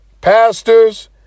pastors